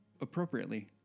appropriately